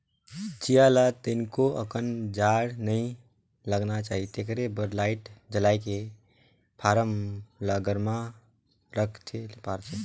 चीया ल तनिको अकन जाड़ नइ लगना चाही तेखरे बर लाईट जलायके फारम ल गरम राखे ले परथे